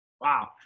Wow